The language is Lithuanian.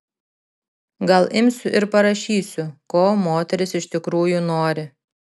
gal imsiu ir parašysiu ko moterys iš tikrųjų nori